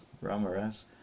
Ramirez